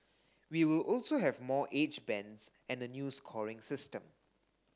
we will also have more age bands and a new scoring system